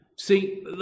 See